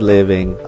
Living